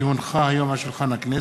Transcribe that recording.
כי הונחו היום על שולחן הכנסת,